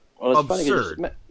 absurd